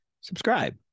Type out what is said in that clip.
subscribe